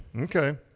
Okay